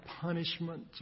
punishment